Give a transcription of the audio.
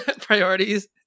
Priorities